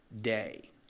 day